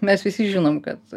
mes visi žinom kad